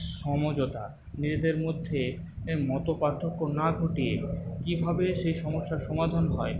সমঝোতা নিজেদের মধ্যে মত পার্থক্য না ঘটিয়ে কীভাবে সেই সমস্যার সমাধান হয়